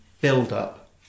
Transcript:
build-up